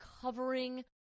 covering